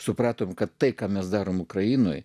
supratome kad tai ką mes darome ukrainoje